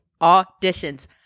auditions